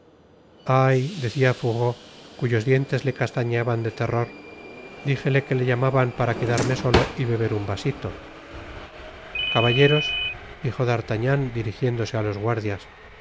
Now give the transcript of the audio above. ayl decia fourreau cuyos dientes le castañeteaban de terror dijele que le llamaban para quedarme solo y beber un vasito caballeros dijo d'artagnan dirigiéndose á los guardias